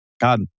God